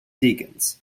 deacons